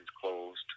closed